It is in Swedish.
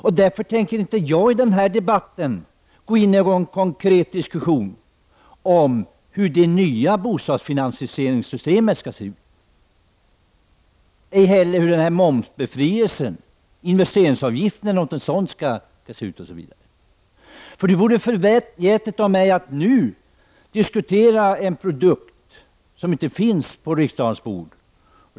Jag tänker därför inte i den här debatten gå in i en konkret diskussion om hur det nya bostadsfinansie ringssystemet skall se ut, ej heller hur momsbefrielsen, investeringsavgiften m.m. skall se ut. Det vore förmätet av mig att nu debattera en produkt som inte finns på kammarens bord.